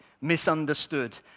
misunderstood